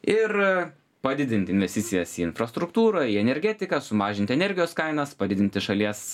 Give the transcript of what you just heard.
ir padidint investicijas į infrastruktūrą į energetiką sumažint energijos kainas padidinti šalies